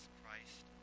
Christ